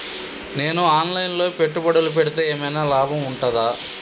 నేను online లో పెట్టుబడులు పెడితే ఏమైనా లాభం ఉంటదా?